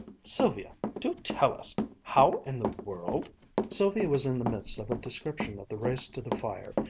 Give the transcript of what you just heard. sylvia, do tell us how in the world sylvia was in the midst of a description of the race to the fire,